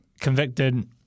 Convicted